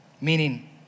Meaning